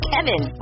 Kevin